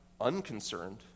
unconcerned